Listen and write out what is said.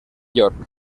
york